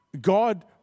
God